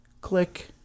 Click